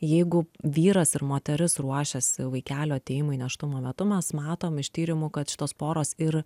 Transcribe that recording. jeigu vyras ir moteris ruošiasi vaikelio atėjimui nėštumo metu mes matom iš tyrimų kad šitos poros ir